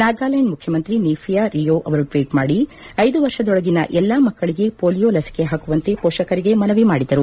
ನಾಗಲ್ಯಾಂಡ್ ಮುಖ್ಯಮಂತ್ರಿ ನೀಫಿಯು ರಿಯೋ ಅವರು ಟ್ವೀಚ್ ಮಾಡಿ ಐದು ವರ್ಷದೊಳಗಿನ ಎಲ್ಲಾ ಮಕ್ಕಳಿಗೆ ಪೊಲಿಯೋ ಲಸಿಕೆ ಹಾಕುವಂತೆ ಪೋಷಕರಿಗೆ ಮನವಿ ಮಾಡಿದರು